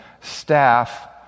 staff